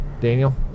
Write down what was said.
Daniel